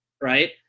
Right